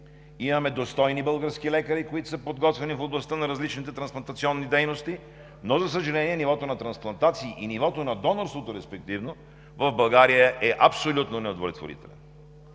екипи, достойни български лекари, които са подготвени в областта на различните трансплантационни дейности, нивото на трансплантации и на донорството, респективно в България е абсолютно неудовлетворително.